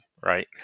right